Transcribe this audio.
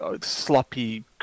sloppy